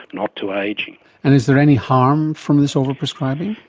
not to ageing. and is there any harm from this overprescribing?